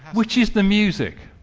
which is the music,